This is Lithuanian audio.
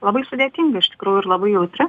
labai sudėtinga iš tikrųjų ir labai jautri